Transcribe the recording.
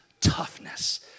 Toughness